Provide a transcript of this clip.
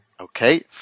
Okay